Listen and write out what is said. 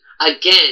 Again